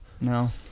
No